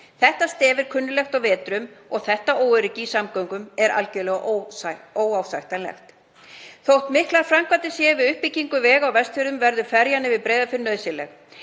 Þetta stef er kunnuglegt á vetrum og þetta óöryggi í samgöngum er algerlega óásættanlegt. Þótt miklar framkvæmdir séu við uppbyggingu vega á Vestfjörðum verður ferjan yfir Breiðafjörð nauðsynleg